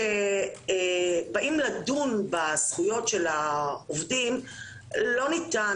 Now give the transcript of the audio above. כשבאים לדון בזכויות העובדים לא ניתן